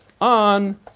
on